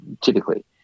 typically